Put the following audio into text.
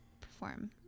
perform